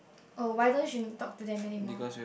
oh why don't she mm talk to them anymore